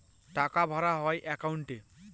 টাকা ভরা হয় একাউন্টে